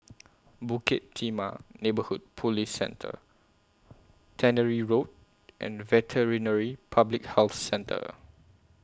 Bukit Timah Neighbourhood Police Centre Tannery Road and Veterinary Public Health Centre